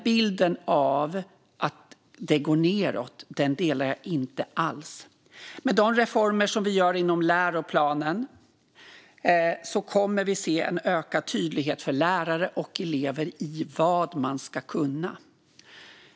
Bilden av att det går nedåt delar jag inte alls. Med de reformer som sker inom läroplanen kommer vi att se en ökad tydlighet för lärare och elever i vad man ska kunna.